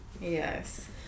Yes